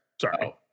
Sorry